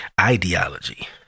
ideology